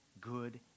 good